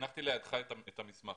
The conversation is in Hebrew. הנחתי לידך את המסמך,